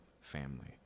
family